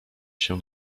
się